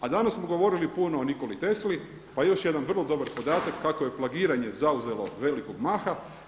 A danas smo govorili puno o Nikoli Tesli, pa još jedan vrlo dobar podatak kako je plagiranje zauzelo velikog maha.